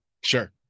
Sure